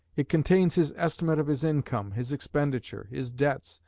it contains his estimate of his income, his expenditure, his debts,